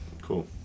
Cool